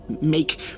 make